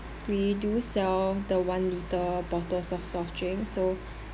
we do sell the one liter bottles of soft drink so